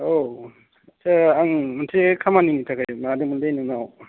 औ आं मोनसे खामानिनि थाखाय मायादोंमोनलै नोंनाव